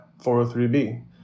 403B